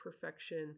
perfection